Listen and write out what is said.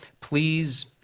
please